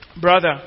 Brother